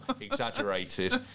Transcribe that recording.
exaggerated